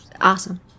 awesome